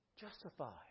Justified